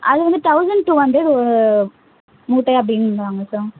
அது வந்து thousand two hundred ஒரு மூட்டை அப்படின்றாங்க சார்